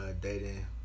dating